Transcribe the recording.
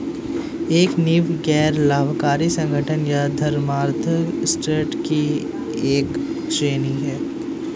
एक नींव गैर लाभकारी संगठन या धर्मार्थ ट्रस्ट की एक श्रेणी हैं